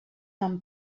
han